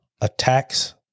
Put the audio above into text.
attacks